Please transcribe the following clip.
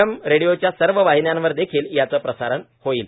M रेडिओच्या सर्व वाहिन्यावरदेखील याचं प्रसारण होईल